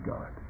God